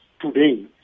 today